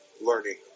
learning